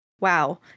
Wow